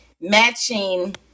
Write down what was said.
matching